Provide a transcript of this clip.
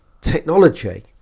technology